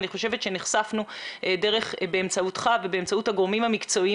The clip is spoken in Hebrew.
אני חושבת שנחשפנו באמצעותך ובאמצעות הגורמים המקצועיים